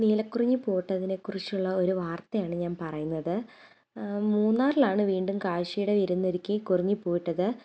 നീലക്കുറിഞ്ഞി പൂവിട്ടതിനെക്കുറിച്ചുള്ള ഒരു വാർത്തയാണ് ഞാൻ പറയുന്നത് മൂന്നാറിലാണ് വീണ്ടും കാഴ്ച്ചയുടെ വിരുന്നൊരുക്കി കുറിഞ്ഞി പൂവിട്ടത്